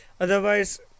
Otherwise